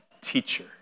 teacher